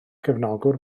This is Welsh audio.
gefnogwr